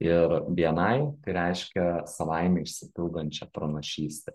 ir bni tai reiškia savaime išsipildančią pranašystę